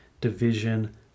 division